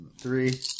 Three